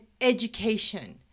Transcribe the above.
education